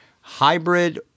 hybrid